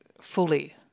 fully